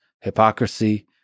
hypocrisy